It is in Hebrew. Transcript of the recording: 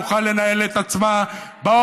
כי אתה צריך להיות חבר באופוזיציה.